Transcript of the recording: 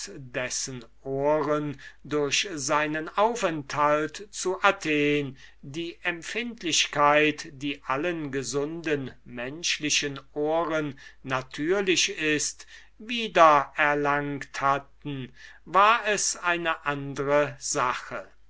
dessen ohren durch seinen aufenthalt zu athen die empfindlichkeit die allen gesunden menschlichen ohren natürlich ist wieder erlangt hatten war es eine andre sache